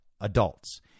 adults